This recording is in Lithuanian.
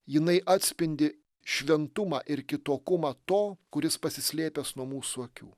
jinai atspindi šventumą ir kitokumą to kuris pasislėpęs nuo mūsų akių